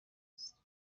است